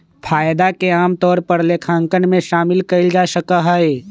फायदा के आमतौर पर लेखांकन में शामिल कइल जा सका हई